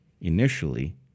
initially